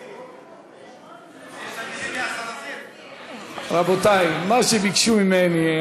יש תלמידים, רבותי, מה שביקשו ממני.